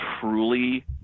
truly